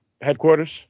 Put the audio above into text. headquarters